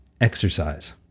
exercise